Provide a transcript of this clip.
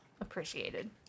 appreciated